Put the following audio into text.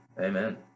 amen